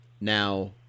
Now